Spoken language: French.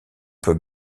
peut